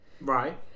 right